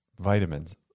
vitamins